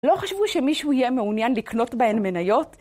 לא חשבו שמישהו יהיה מעוניין לקלוט בהן מניות?